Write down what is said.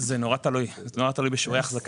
זה תלוי בשיעורי ההחזקה.